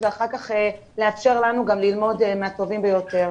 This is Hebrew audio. ואחר כך גם לאפשר לנו ללמוד מהטובים ביותר.